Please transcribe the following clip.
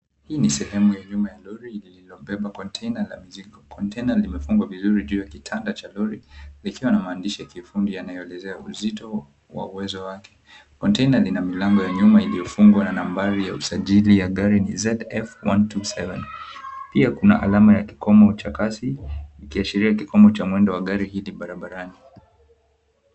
Hii ni sehemu ya nyuma ya lori lililobeba konteina la mizigo. Konteina limefungwa vizuri juu ya kitanda cha lori likiwa na maandishi ya kiufundi yanayoelezea uzito wa uwezo wake. Konteina lina milango ya nyuma iliyofungwa na nambari ya usajili ya gari ni ZF127. Pia kuna alama ya kikomo cha kasi ikiashiria kikomo cha mwendo wa gari hili barabarani.